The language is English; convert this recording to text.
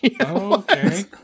Okay